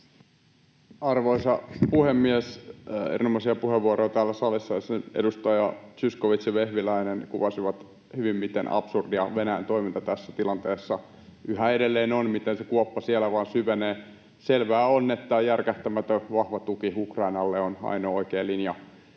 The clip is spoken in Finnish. Arvoisa puhemies! Erinomaisia puheenvuoroja täällä salissa. Edustajat Zyskowicz ja Vehviläinen kuvasivat hyvin, miten absurdia Venäjän toiminta tässä tilanteessa yhä edelleen on, miten se kuoppa siellä vain syvenee. Selvää on, että järkähtämätön, vahva tuki Ukrainalle on ainoa oikea linja,